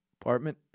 apartment